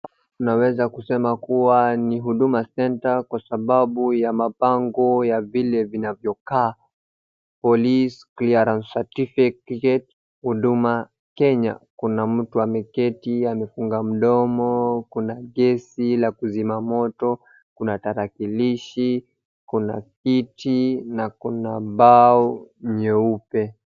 Naweza kusema kuwa ni huduma centre kwa sababu ya mabango ya vile vinavyokaa, Police clearance certificate huduma Kenya, kuna mtu ameketi amefunga mdomo, kuna gesi la kuzima moto, kuna tarakilishi, kuna kiti na kuna bao nyeupe.